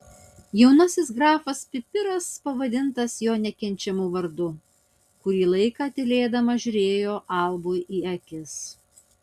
jaunasis grafas pipiras pavadintas jo nekenčiamu vardu kurį laiką tylėdamas žiūrėjo albui į akis